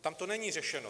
Tam to není řešeno.